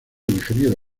ingeniero